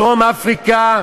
דרום-אפריקה,